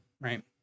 right